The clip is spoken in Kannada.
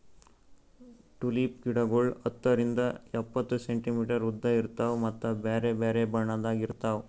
ಟುಲಿಪ್ ಗಿಡಗೊಳ್ ಹತ್ತರಿಂದ್ ಎಪ್ಪತ್ತು ಸೆಂಟಿಮೀಟರ್ ಉದ್ದ ಇರ್ತಾವ್ ಮತ್ತ ಬ್ಯಾರೆ ಬ್ಯಾರೆ ಬಣ್ಣದಾಗ್ ಇರ್ತಾವ್